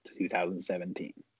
2017